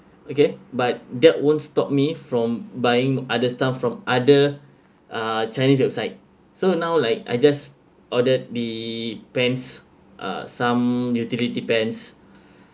okay but that won't stop me from buying other stuff from other uh chinese website so now like I just ordered the pants uh some utility pants